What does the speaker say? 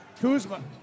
Kuzma